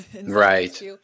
right